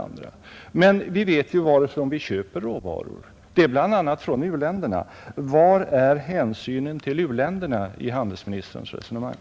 Men vi vet varifrån vi köper råvaror — det är bl, a. från u-länderna, Var finns hänsynen till u-länderna i handelsministerns resonemang?